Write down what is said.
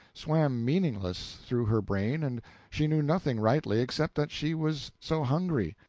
swam meaningless through her brain and she knew nothing rightly, except that she was so hungry!